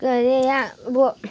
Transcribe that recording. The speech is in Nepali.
र यहाँ अब